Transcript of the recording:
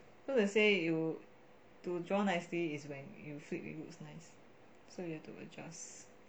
so let's say you to draw nicely is when you flip it looks nice so you have to adjust